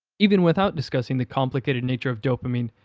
even without discussing the complicated nature of dopamine,